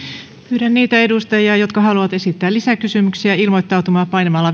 pyydän niitä edustajia jotka haluavat esittää lisäkysymyksiä ilmoittautumaan painamalla